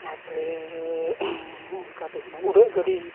ᱛᱟᱨᱯᱚᱨᱮ ᱚᱱᱠᱟ ᱫᱚ ᱠᱟᱱᱟ ᱩᱰᱟᱹᱜ ᱜᱟᱹᱰᱤ